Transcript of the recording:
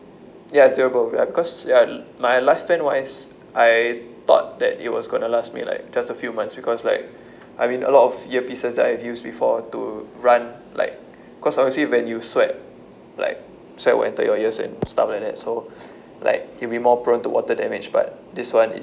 ya durable ya because ya my last I thought that it was going to last me like just a few months because like I mean a lot of earpieces I've used before to run like because obviously when you sweat like sweat will enter your ears and stuff like that so like it'll be more prone to water damage but this one